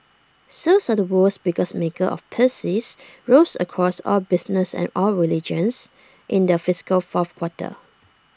sales at the world's biggest maker of PCs rose across all businesses and all regions in the fiscal fourth quarter